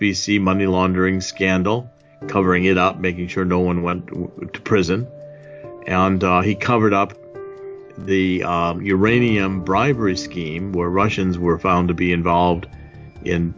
b c money laundering scandal covering it up making sure no one went to prison he covered up the uranium bribery scheme where russians were found to be involved in